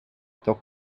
tot